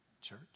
church